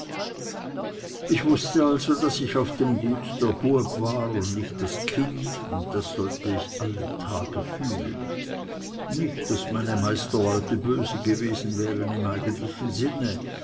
ich wußte also daß ich auf dem gut der bueb war und nicht das kind und das sollte ich alle tage fühlen nicht daß meine meisterleute böse gewesen wären im eigentlichen sinne